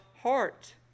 heart